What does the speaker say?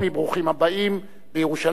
ברוכים הבאים לירושלים,